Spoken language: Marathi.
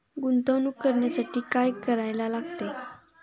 गुंतवणूक करण्यासाठी काय करायला लागते?